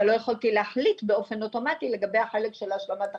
אבל לא יכולתי להחליט באופן אוטומטי לגבי החלק של השלמת ההכנסה.